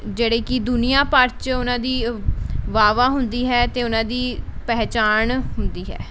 ਜਿਹੜੇ ਕਿ ਦੁਨੀਆਂ ਭਰ 'ਚ ਉਹਨਾਂ ਦੀ ਵਾਹ ਵਾਹ ਹੁੰਦੀ ਹੈ ਅਤੇ ਉਹਨਾਂ ਦੀ ਪਹਿਚਾਣ ਹੁੰਦੀ ਹੈ